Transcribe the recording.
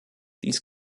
dies